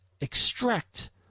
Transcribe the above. extract